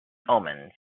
omens